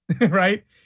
right